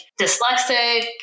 dyslexic